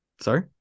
Sorry